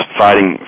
fighting